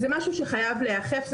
זה משהו שחייב להיאכף.